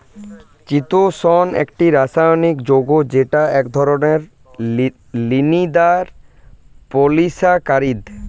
চিতোষণ একটি রাসায়নিক যৌগ যেটা এক ধরনের লিনিয়ার পলিসাকারীদ